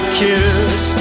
kiss